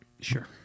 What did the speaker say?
Sure